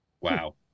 wow